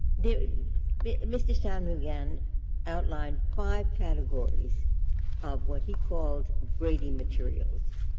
the mr. shanmugam outlined five categories of what he called brady materials.